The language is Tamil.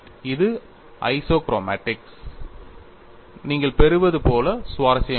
இது ஐசோக்ரோமாடிக்ஸுக்கு நீங்கள் பெறுவது போல சுவாரஸ்யமானது